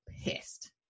pissed